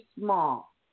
small